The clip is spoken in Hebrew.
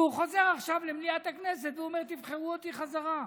והוא חוזר עכשיו למליאת הכנסת ואומר: תבחרו בי בחזרה.